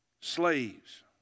Slaves